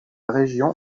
région